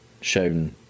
shown